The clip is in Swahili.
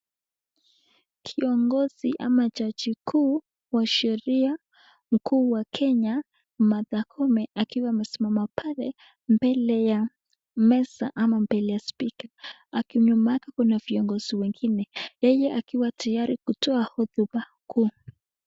Kiongozi ama jaji mkuu wa sheria mkuu wa Kenya , Martha Koome akiwa amesimama pale mbele ya meza ama mbele ya spika aki nyuma yake kuna viongozi wengine , yeye akiwa tayari kutoa hotuba kuu.